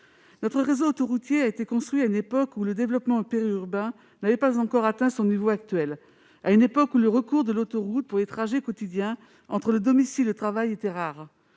Notre réseau autoroutier a été construit à une époque où le développement périurbain n'avait pas encore atteint son niveau actuel, et où le recours à l'autoroute pour les trajets quotidiens entre le domicile et le travail était rare.